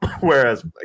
Whereas